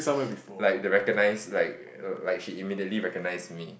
like the recognize like like she immediately recognize me